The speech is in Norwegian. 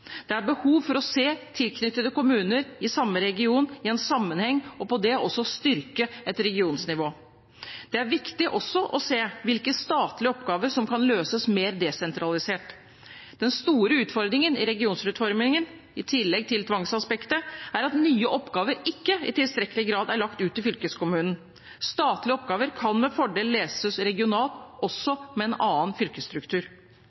Det er behov for å se tilknyttede kommuner i samme region i en sammenheng og gjennom det også styrke et regionsnivå. Det er viktig også å se hvilke statlige oppgaver som kan løses mer desentralisert. Den store utfordringen i regionreformen, i tillegg til tvangsaspektet, er at nye oppgaver ikke i tilstrekkelig grad er lagt ut til fylkeskommunen. Statlige oppgaver kan med fordel løses regionalt,